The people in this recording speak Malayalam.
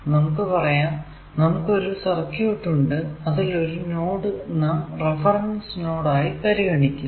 നമുക്ക് പറയാം നമുക്ക് ഒരു സർക്യൂട് ഉണ്ട് അതിൽ ഒരു നോഡ് നാം റഫറൻസ് നോഡ് ആയി പരിഗണിക്കുന്നു